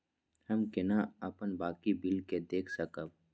हम केना अपन बाकी बिल के देख सकब?